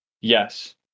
Yes